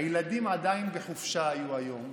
הילדים עדיין היו בחופשה היום,